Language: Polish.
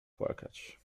płakać